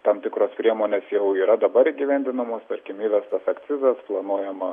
tam tikros priemonės jau yra dabar įgyvendinamos tarkim įvestas akcizas planuojama